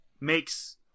makes